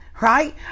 right